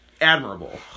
admirable